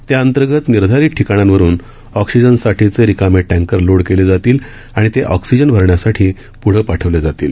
त्याअंतर्गत निर्धारित ठिकाणांवरून अँक्सिजनसाठीचे रिकामे टँकर लोड केले जातील आणि ते ऑक्सिजन भरण्यासाठी पुढे पाठवले जातील